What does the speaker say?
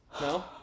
No